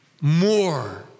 more